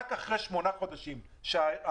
רק אחרי שמונה חודשים שאנחנו,